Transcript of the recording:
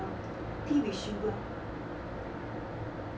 tea with sugar